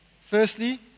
Firstly